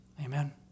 Amen